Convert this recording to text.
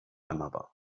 another